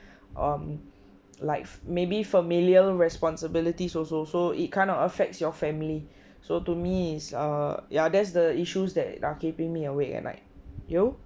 um like maybe familial responsibilities also so it kind of affects your family so to me is err ya that's the issues that are keeping me awake at night you